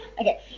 okay